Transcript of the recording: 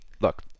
look